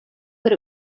that